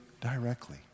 directly